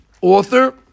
author